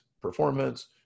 performance